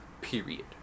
period